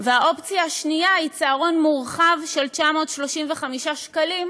והאופציה השנייה היא צהרון מורחב של 935 שקלים,